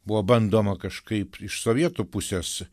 buvo bandoma kažkaip iš sovietų pusės